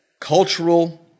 cultural